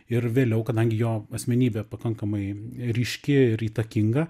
ir vėliau kadangi jo asmenybė pakankamai ryški ir įtakinga